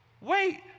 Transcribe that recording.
wait